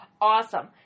awesome